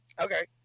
Okay